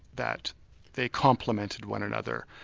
that they complemented one another.